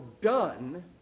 done